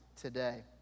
today